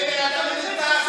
זה בן אדם מנותק.